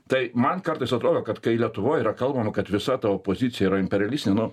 tai man kartais atrodo kad kai lietuvoj yra kalbama kad visa ta opozicija yra imperialistinė nu